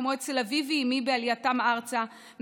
כמו אצל אבי ואימי בעלייתם ארצה,